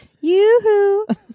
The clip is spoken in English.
Yoo-hoo